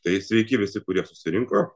tai sveiki visi kurie susirinko